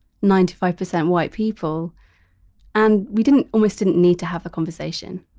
ninety five percent white people and we didn't always didn't need to have a conversation.